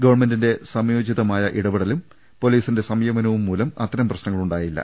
ഗവൺമെന്റിന്റെ സമയോചിതമായ ഇടപെടലും പൊലീസിന്റെ സംയമനവും മൂലം അത്തരം പ്രശ്നങ്ങളുണ്ടായില്ല